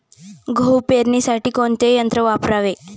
गहू पेरणीसाठी कोणते यंत्र वापरावे?